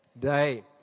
day